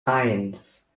eins